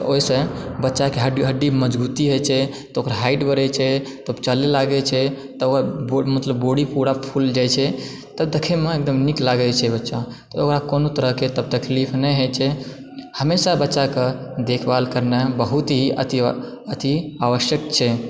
तऽ ओहिसँ बच्चा के हड्डी हड्डी मजबूती होइ छै तऽ ओकर हाइट बढ़ै छै तब चलै लागै छै तऽ मतलब बॉडी पूरा फूल जाइ छै तऽ देखै मे एकदम नीक लागै छै बच्चा तऽ ओकरा कोनो तरह के तब तकलीफ नहि होइ छै हमेशा बच्चाके देखभाल करनाइ बहुत ही अति आवश्यक छै